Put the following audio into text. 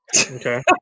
okay